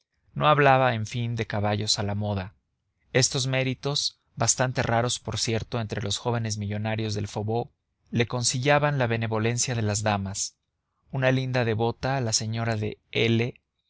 no hablaba en fin de caballos a la moda estos méritos bastante raros por cierto entre los jóvenes millonarios del faubourg le concillaban la benevolencia de las damas una linda devota la señora de l